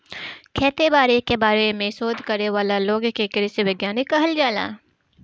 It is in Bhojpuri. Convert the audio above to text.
खेती बारी के बारे में शोध करे वाला लोग के कृषि वैज्ञानिक कहल जाला